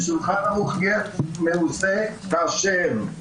בשולחן ערוך גט מעושה הוא כשר,